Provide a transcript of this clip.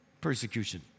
persecution